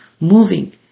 moving